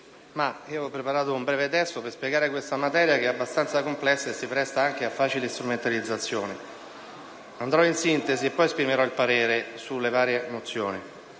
ho preparato un breve testo per spiegare questa materia che è abbastanza complessa e si presta anche a facili strumentalizzazioni. Procederò in sintesi e poi esprimerò il parere sulle vari mozioni.